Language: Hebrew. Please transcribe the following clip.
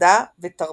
מדע ותרבות.